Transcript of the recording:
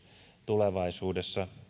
tulevaisuudessa